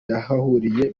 yahahuriye